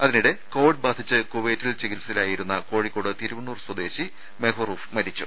അതിനിടെ കോവിഡ് ബാധിച്ച് കുവൈറ്റിൽ ചികിത്സയിലായിരുന്ന കോഴിക്കോട് തിരുവണ്ണൂർ സ്വദേശി മെഹറൂഫ് മരിച്ചു